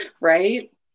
Right